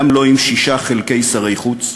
גם לא עם שישה חלקי שר חוץ,